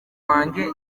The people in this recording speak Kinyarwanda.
wanjye